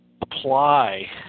apply